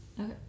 Okay